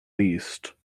least